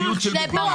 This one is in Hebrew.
זו אחריות של מדינה.